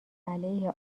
علیه